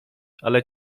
ale